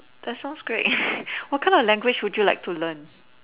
that sounds great what kind of language would you like to learn